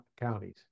counties